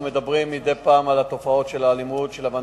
מדי פעם אנחנו מדברים על התופעות של האלימות,